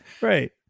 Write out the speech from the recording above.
Right